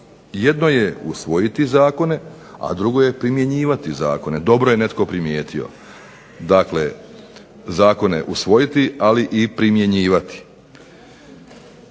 Jedno je usvojiti zakone, a drugo je primjenjivati zakone, dobro je netko primijetio. Dakle, zakone usvojiti, ali i primjenjivati.